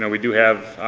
and we do have,